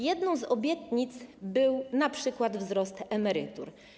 Jedną z obietnic był np. wzrost emerytur.